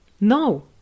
No